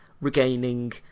regaining